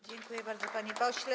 Dziękuję bardzo, panie pośle.